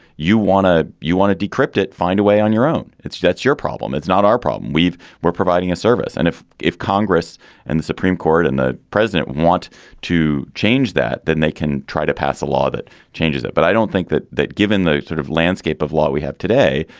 you want to. you want to decrypt it, find a way on your own. it's that's your problem. it's not our problem. we've we're providing a service. and if if congress and the supreme court and the president want to change that, then they can try to pass a law that changes it. but i don't. think that that given the sort of landscape of law we have today.